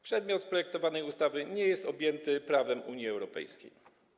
Przedmiot projektowanej ustawy nie jest objęty prawem Unii Europejskiej.